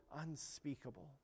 unspeakable